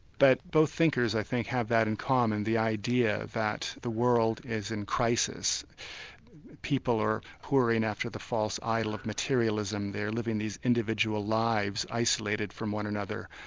but both thinkers i think, had that in common, the idea that the world is in crisis people are whoring after the false idol of materialism, they're living these individual lives, isolated from one another.